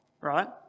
right